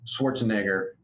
Schwarzenegger